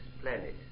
planet